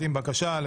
בן משה.